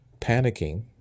panicking